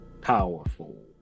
Powerful